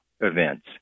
events